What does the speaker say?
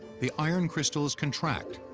the iron crystals contract,